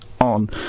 On